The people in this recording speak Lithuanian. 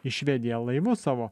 į švediją laivu savo